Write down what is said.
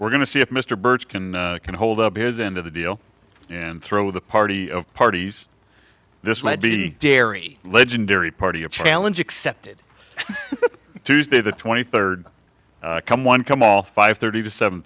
we're going to see if mr birch can can hold up his end of the deal and throw the party of parties this might be dairy legendary party of challenge accepted tuesday the twenty third come one come all five thirty to seven